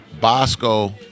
bosco